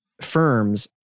firms